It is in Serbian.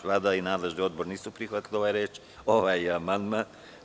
Vlada i nadležni odbor nisu prihvatili ovaj amandman.